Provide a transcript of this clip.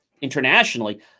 internationally